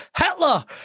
Hitler